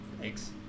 Thanks